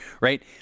right